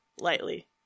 lightly